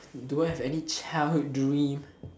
do I have any childhood dream